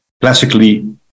Classically